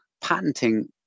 patenting